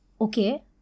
okay